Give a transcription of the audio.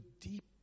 deep